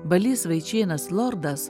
balys vaičėnas lordas